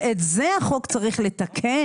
אני חושבת שאת זה החוק צריך לתקן.